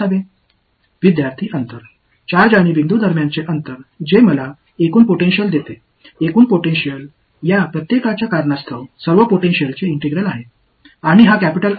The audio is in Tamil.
மாணவர்தூரம் சார்ஜ் மற்றும் புள்ளி இடையேயான தூரம் இது எனக்கு மொத்த பொடன்டியலை கொடுக்கிறது ஏனென்றால் மொத்த சாத்தியக்கூறுகள் இந்த கூட்டாளிகள் அனைவருக்கும் காரணமாக இருக்கும் அனைத்து பொடன்டியல் களின் ஒருங்கிணைப்பாகும்